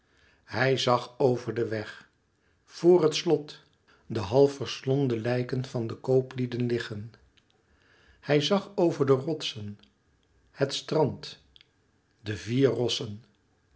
hij zag over den weg vr het slot de half verslonden lijken der kooplieden liggen hij zag over de rotsen het strand de vier rossen